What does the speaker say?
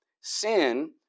Sin